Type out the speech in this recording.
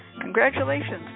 Congratulations